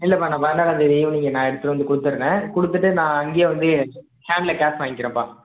இல்லைப்பா நான் பதினாறாந்தேதி ஈவ்னிங் நான் எடுத்துகிட்டு வந்து கொடுத்துட்றேன் கொடுத்துட்டு நான் அங்கேயே வந்து ஹேண்ட்டில் கேஷ் வாங்கிக்கிறேன்ப்பா